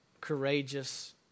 courageous